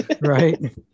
right